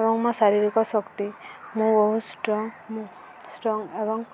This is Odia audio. ଏବଂ ମୋ ଶାରୀରିକ ଶକ୍ତି ମୁଁ ବହୁତ ଷ୍ଟ୍ରଙ୍ଗ ଷ୍ଟ୍ରଙ୍ଗ ଏବଂ